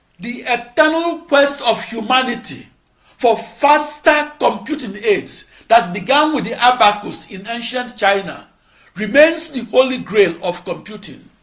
the eternal quest of humanity for faster computing aids that began with the abacus in ancient china remains the holy grail of computing.